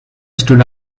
stood